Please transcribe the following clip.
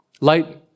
Light